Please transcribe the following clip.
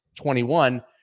21